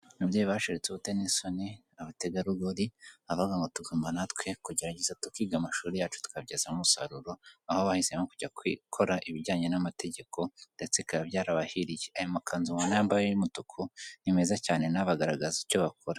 Ababyeyi bashiritse ubute n'isoni abategarugori bavuga ngo tugomba natwe kugerageza tukiga amashuri yacu tukayabyazamo umusaruro aho bahisemo kujya gukora ibijyanye n'amategeko ndetse bikaba byarabahiriye ayo makanzu mubona bambaye y'umutuku ni meza cyane anabagaragaza icyo bakora.